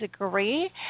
agree